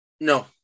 No